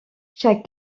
chaque